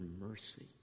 mercy